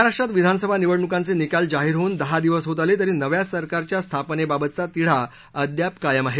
महाराष्ट्रात विधानसभा निवडण्कांचे निकाल जाहीर होऊन दहा दिवस होत आले तरी नव्या सरकारच्या स्थापनेबाबतचा तिढा अद्याप कायम आहे